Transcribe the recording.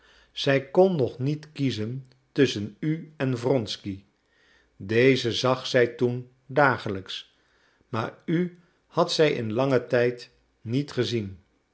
zij kon nog niet kiezen tusschen u en wronsky dezen zag zij toen dagelijks maar u had zij in langen tijd niet gezien